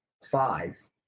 size